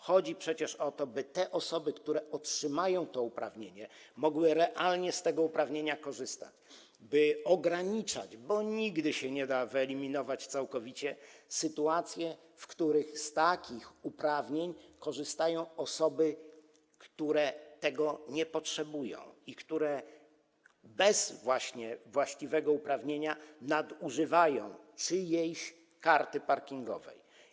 Chodzi przecież o to, by te osoby, które otrzymają to uprawnienie, mogły realnie z tego uprawnienia korzystać, by ograniczać, bo nigdy się nie da ich wyeliminować całkowicie, sytuacje, w których z takich uprawnień korzystają osoby, które tego nie potrzebują i które bez właściwego uprawnienia nadużywają czyjejś karty parkingowej.